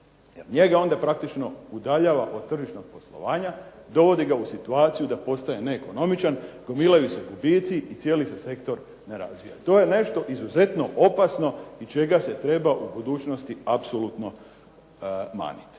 njega onda praktično udaljava od tržišnog poslovanja, dovodi ga u situaciju da postaje neekonomičan, gomilaju se gubici i cijeli se sektor ne razvija. To je nešto izuzetno opasno i čega se treba u budućnosti apsolutno maniti.